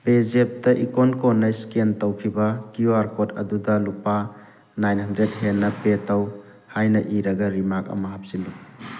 ꯄꯦꯖꯦꯞꯇ ꯏꯀꯣꯟ ꯀꯣꯟꯅ ꯏꯁꯀꯦꯟ ꯇꯧꯈꯤꯕ ꯀ꯭ꯌꯨ ꯑꯥꯔ ꯀꯣꯗ ꯑꯗꯨꯗ ꯂꯨꯄꯥ ꯅꯥꯏꯟ ꯍꯟꯗ꯭ꯔꯦꯗ ꯍꯦꯟꯅ ꯄꯦ ꯇꯧ ꯍꯥꯏꯅ ꯏꯔꯒ ꯔꯤꯃꯥꯔꯛ ꯑꯃ ꯍꯥꯞꯆꯤꯜꯂꯨ